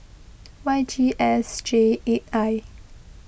Y G S J eight I